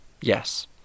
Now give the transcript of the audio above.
yes